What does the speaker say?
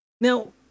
Now